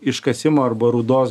iškasimo arba rūdos